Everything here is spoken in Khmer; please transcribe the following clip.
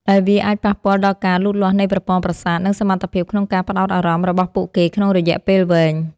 ដែលវាអាចប៉ះពាល់ដល់ការលូតលាស់នៃប្រព័ន្ធប្រសាទ និងសមត្ថភាពក្នុងការផ្ដោតអារម្មណ៍របស់ពួកគេក្នុងរយៈពេលវែង។